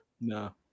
No